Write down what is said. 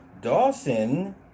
dawson